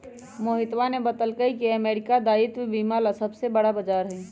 मोहितवा ने बतल कई की अमेरिका दायित्व बीमा ला सबसे बड़ा बाजार हई